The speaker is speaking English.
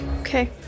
Okay